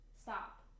stop